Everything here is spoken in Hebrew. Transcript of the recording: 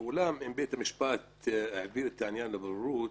ואולם, אם בית המשפט העביר את העניין לבוררות,